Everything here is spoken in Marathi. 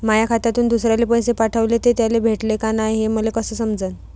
माया खात्यातून दुसऱ्याले पैसे पाठवले, ते त्याले भेटले का नाय हे मले कस समजन?